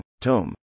TOME